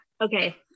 okay